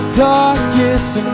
darkest